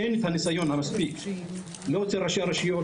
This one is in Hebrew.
אין את הניסיון המספיק לא אצל ראשי הרשויות,